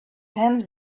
hands